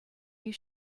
you